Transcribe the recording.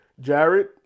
Jared